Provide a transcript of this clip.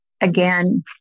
again